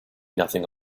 nothing